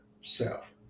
self